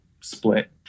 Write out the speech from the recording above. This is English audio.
split